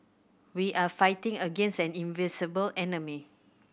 we are fighting against an invisible enemy